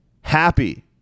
happy